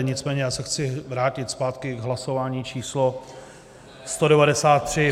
Nicméně já chci se vrátit zpátky k hlasování číslo 193.